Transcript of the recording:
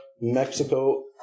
Mexico